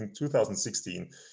2016